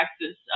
Texas